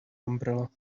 umbrella